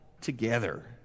together